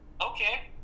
okay